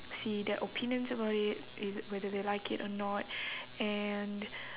see their opinions about it either whether they like it or not and